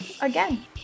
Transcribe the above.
again